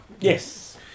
Yes